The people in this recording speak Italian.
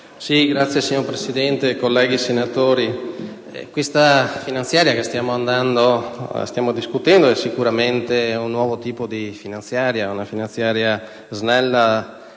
*(LNP)*. Signor Presidente, colleghi senatori, questa finanziaria che stiamo discutendo è sicuramente un nuovo tipo di manovra: una finanziaria snella,